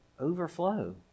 overflow